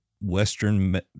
Western